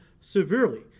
severely